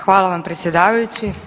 Hvala vam predsjedavajući.